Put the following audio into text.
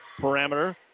parameter